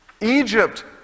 Egypt